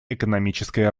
экономическое